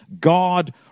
God